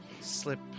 slip